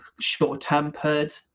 short-tempered